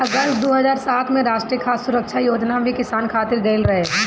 अगस्त दू हज़ार सात में राष्ट्रीय खाद्य सुरक्षा योजना भी किसान खातिर आइल रहे